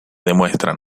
demuestran